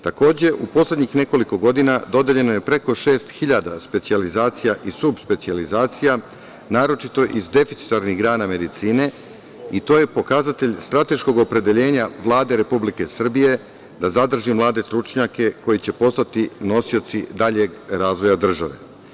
Takođe, u poslednjih nekoliko godina dodeljeno je preko šest hiljada specijalizacija i subspecijalizacija naročito iz deficitarnih grana medicine i to je pokazatelj strateškog opredeljenja Vlade Republike Srbije da zadrži mlade stručnjake koji će postati nosioci daljeg razvoja države.